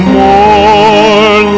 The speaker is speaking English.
more